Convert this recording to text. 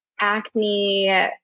acne